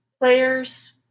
players